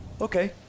okay